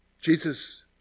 Jesus